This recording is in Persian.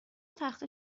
تخته